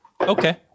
Okay